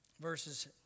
Verses